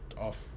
off